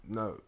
no